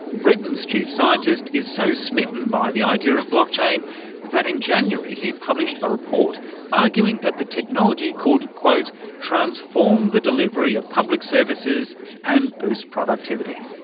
britain's chief scientist is so smitten by the idea of blockchain that in january he published a report arguing that the technology could transform the delivery of public services and boost productivity.